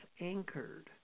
anchored